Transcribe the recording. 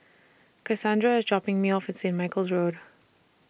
Casandra IS dropping Me off At Saint Michael's Road